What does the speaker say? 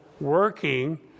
working